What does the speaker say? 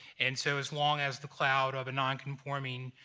and so as long as the cloud of a nonconforming